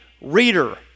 reader